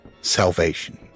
Salvation